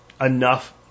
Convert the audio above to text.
enough